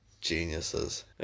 geniuses